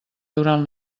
durant